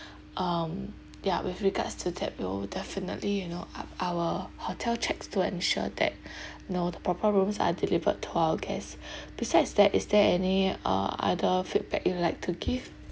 um ya with regards to that will definitely you know up our hotel checks to ensure that know the proper rooms are delivered to our guests besides there is there any uh other feedback you would like to give